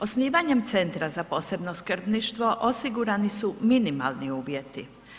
Osnivanjem Centra za posebno skrbništvo osigurani su minimalni uvjeti.